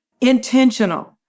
intentional